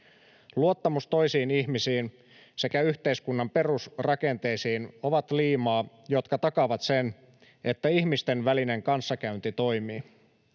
Luottamus toisiin ihmisiin sekä yhteiskunnan perusrakenteisiin on liimaa, joka takaa sen, että ihmisten välinen kanssakäynti toimii.